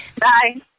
Bye